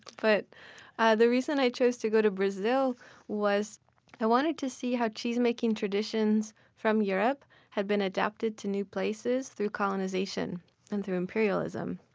but ah the reason i chose to go to brazil was i wanted to see how cheesemaking traditions from europe had been adapted to new places through colonization and imperialism.